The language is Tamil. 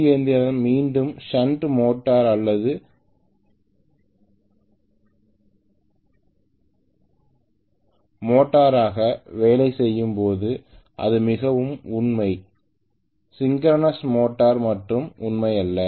சி இயந்திரம் மீண்டும் ஷன்ட் மோட்டார் அல்லது செப்பரேட்ட்லி எக்சைடட் மோட்டராக வேலை செய்யும் போது இது மிகவும் உண்மை சிங்க்கிரனஸ் மோட்டரில் மட்டும் உண்மை அல்ல